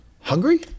Hungry